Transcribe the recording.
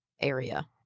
area